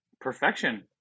Perfection